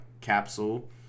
capsule